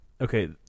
Okay